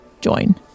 join